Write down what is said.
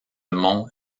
mont